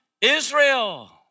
Israel